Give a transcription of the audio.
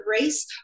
race